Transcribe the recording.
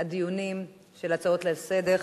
הדיונים של ההצעות לסדר-היום,